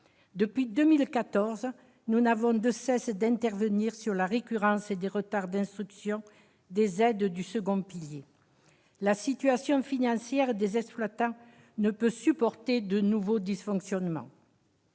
Depuis 2014, nous n'avons cessé d'intervenir sur la récurrence des retards d'instruction des aides du second pilier. La situation financière des exploitants ne peut supporter de nouveaux dysfonctionnements.